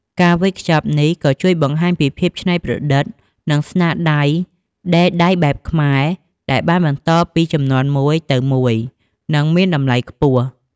ការវេចខ្ចប់នេះក៏ជួយបង្ហាញពីភាពច្នៃប្រឌិត និងស្នាដៃដេរដៃបែបខ្មែរ ដែលបានបន្តពីជំនាន់មួយទៅមួយ និងមានតម្លៃខ្ពស់។